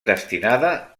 destinada